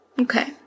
Okay